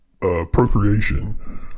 procreation